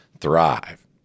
thrive